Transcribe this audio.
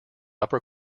upper